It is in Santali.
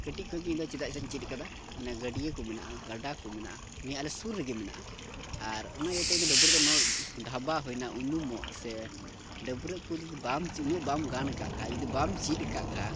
ᱠᱟᱹᱴᱤᱡ ᱠᱷᱚᱡ ᱜᱮ ᱤᱧ ᱫᱚᱧ ᱪᱮᱫᱟᱜ ᱥᱮᱧ ᱪᱮᱫ ᱠᱟᱫᱟ ᱢᱟᱱᱮ ᱜᱟᱹᱰᱭᱟᱹ ᱠᱚ ᱢᱮᱱᱟᱜᱼᱟ ᱜᱟᱰᱟ ᱠᱚ ᱢᱮᱱᱟᱜᱼᱟ ᱱᱤᱭᱟᱹ ᱟᱞᱮ ᱥᱩᱨ ᱨᱮᱜᱮ ᱢᱮᱱᱟᱜᱼᱟ ᱟᱨ ᱚᱱᱟ ᱤᱭᱟᱹᱛᱮ ᱤᱧ ᱫᱚ ᱰᱟᱹᱵᱽᱨᱟᱹᱜ ᱫᱚ ᱱᱚ ᱰᱷᱟᱵᱽᱵᱟ ᱦᱩᱭᱱᱟ ᱩᱱᱩᱢᱚᱜ ᱥᱮ ᱰᱟᱹᱵᱽᱨᱟᱹᱜ ᱠᱚ ᱡᱩᱫᱤ ᱵᱟᱢ ᱩᱱᱟᱹᱜ ᱵᱟᱢ ᱜᱟᱱ ᱠᱟᱜ ᱠᱷᱟᱡ ᱡᱩᱫᱤ ᱵᱟᱢ ᱠᱟᱫ ᱠᱷᱟᱱ